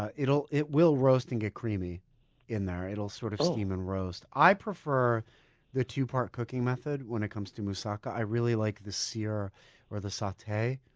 ah it will roast and get creamy in there. it'll sort of steam and roast. i prefer the two-part cooking method when it comes to moussaka. i really like the sear or the saute,